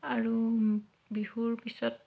আৰু বিহুৰ পিছত